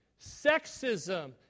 sexism